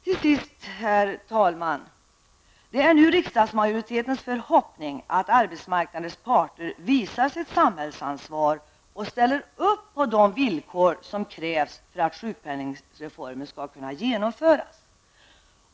Till sist, herr talman: Det är nu riksdagsmajoritetens förhoppning att arbetsmarknadens parter visar sitt samhällsansvar och ställer upp på de villkor som krävs för att sjukpenningreformen skall kunna genomföras.